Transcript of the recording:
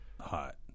hot